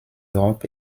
europe